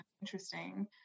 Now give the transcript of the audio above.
interesting